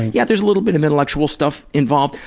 yeah, there's a little bit of intellectual stuff involved,